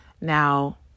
Now